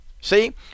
See